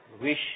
wish